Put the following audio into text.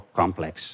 complex